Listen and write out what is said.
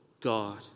God